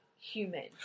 human